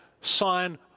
sign